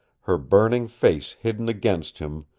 her burning face hidden against him,